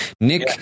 Nick